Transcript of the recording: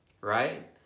Right